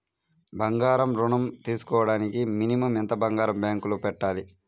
బంగారం ఋణం తీసుకోవడానికి మినిమం ఎంత బంగారం బ్యాంకులో పెట్టాలి?